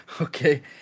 okay